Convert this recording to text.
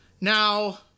Now